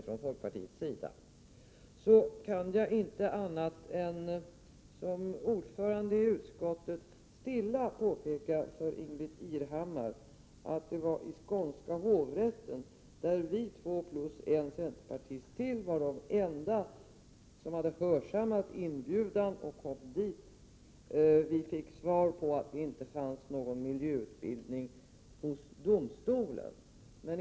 Som ordförande i utskottet kan jag inte annat än stilla påpeka för Ingbritt Irhammar att vi två och dessutom en centerpartist till var de enda som hade hörsammat skånska hovrättens inbjudan och gått dit. Vi fick beskedet att det inte fanns någon miljöutbildning hos domstolen.